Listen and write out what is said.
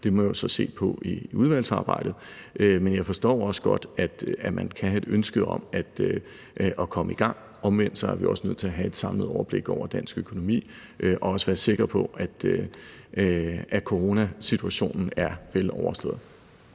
i, må vi så se på i udvalgsarbejdet. Men jeg forstår også godt, at man kan have et ønske om at komme i gang, men omvendt er vi også nødt til at have et samlet overblik over dansk økonomi og også være sikre på, at coronasituationen er vel overstået.